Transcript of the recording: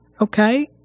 Okay